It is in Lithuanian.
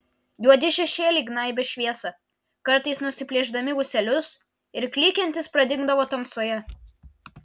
juodi šešėliai gnaibė šviesą kartais nusiplėšdami ūselius ir klykiantys pradingdavo tamsoje